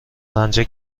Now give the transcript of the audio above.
رنجه